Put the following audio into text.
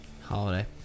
holiday